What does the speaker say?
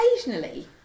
occasionally